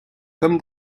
comme